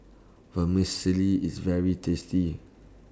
Vermicelli IS very tasty